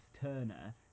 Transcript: Turner